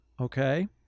okay